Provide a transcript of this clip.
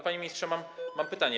Panie ministrze, mam pytanie.